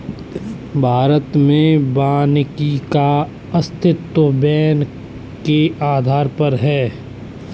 भारत में वानिकी का अस्तित्व वैन के आधार पर है